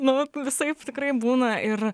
nu visaip tikrai būna ir